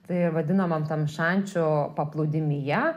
tai vadinamam tam šančių paplūdimyje